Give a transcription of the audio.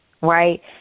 Right